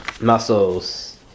muscles